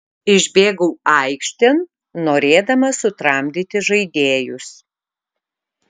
išbėgau aikštėn norėdamas sutramdyti žaidėjus